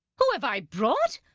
who have i brought!